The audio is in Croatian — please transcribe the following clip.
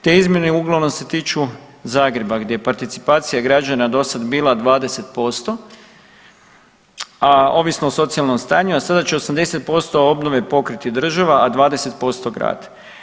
Te izmjene uglavnom se tiču Zagreba, gdje participacija građana dosad bila 20%, a ovisno o socijalnom stanju, a sada će 80% obnove pokriti država, a 20% grad.